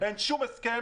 אין שום הסכם,